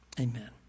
Amen